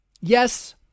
yes